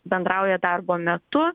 bendrauja darbo metu